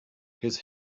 his